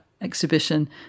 exhibition